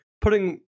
putting